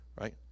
right